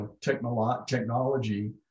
technology